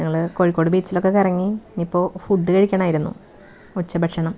ഞങ്ങൾ കോഴിക്കോട് ബീച്ചിലൊക്കെ കറങ്ങി ഇനി ഇപ്പോൾ ഫുഡ് കഴിക്കണമായിരുന്നു ഉച്ച ഭക്ഷണം